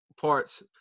parts